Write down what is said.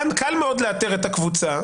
כאן קל מאוד לאתר את הקבוצה.